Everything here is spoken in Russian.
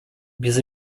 без